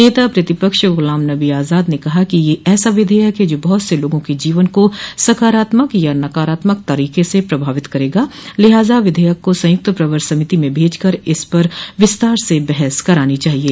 नेता प्रतिपक्ष गुलाम नबी आज़ाद ने कहा कि यह ऐसा विधेयक है जो बहुत से लोगों के जीवन को सकारात्मक या नकारात्मक तरीक़े से प्रभावित करेगा लिहाज़ा विधेयक को संयुक्त प्रवर समिति में भेजकर इस पर विस्तार से बहस करानी चाहिये